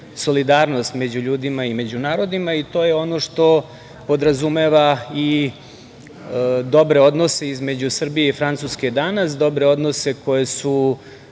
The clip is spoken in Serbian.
solidarnost među ljudima i među narodima i to je ono što podrazumeva i dobre odnose između Srbije i Francuske danas, dobre odnose koje su